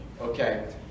okay